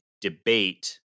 debate